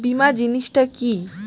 বীমা জিনিস টা কি?